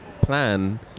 plan